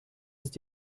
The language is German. ist